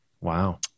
Wow